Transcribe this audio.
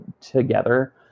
together